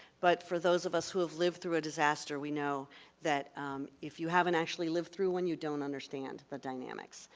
but for those of us who have lived through a disaster, we know that if you haven't actually lived through one, you don't understand the dynamics.